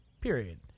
period